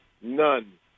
none